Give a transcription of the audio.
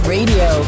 Radio